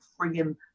friggin